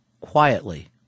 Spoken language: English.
quietly